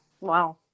wow